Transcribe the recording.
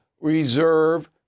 reserve